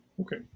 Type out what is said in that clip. Okay